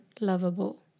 lovable